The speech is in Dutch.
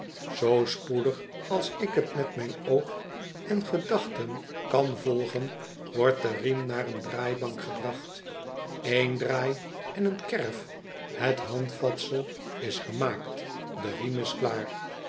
zoo spoedig als ik t met mijn oog en gedachten kan volgen wordt de riem naar een draaibank gebracht ben draai en een kerf het handvatsel is gemaakt de riem is klaar